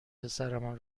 پسرمان